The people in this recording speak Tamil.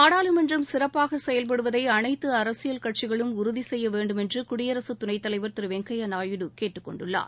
நாடாளுமன்றம் சிறப்பாக செயல்படுவதை அனைத்து அரசியல் கட்சிகளும் உறுதி செய்யவேண்டும் என்று குடியரசு துணைத்தலைவர் திருவெங்கையா நாயுடு கேட்டுக்கொண்டுள்ளார்